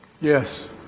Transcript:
Yes